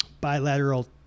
bilateral